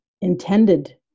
intended